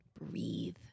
breathe